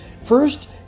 First